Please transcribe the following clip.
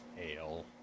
ale